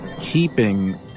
keeping